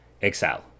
Excel